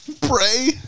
Pray